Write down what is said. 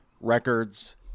records